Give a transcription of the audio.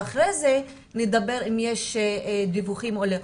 ואחרי זה נדבר אם יש דיווחים או לא.